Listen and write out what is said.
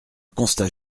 constat